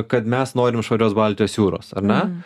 kad mes norim švarios baltijos jūros ar ne